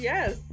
Yes